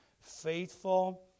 faithful